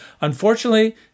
Unfortunately